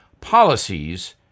policies